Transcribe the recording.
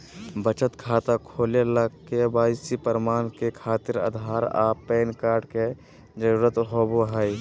बचत खाता खोले ला के.वाइ.सी प्रमाण के खातिर आधार आ पैन कार्ड के जरुरत होबो हइ